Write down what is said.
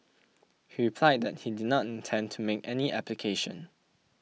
he replied that he did not intend to make any application